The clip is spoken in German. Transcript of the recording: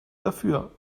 dafür